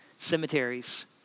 Cemeteries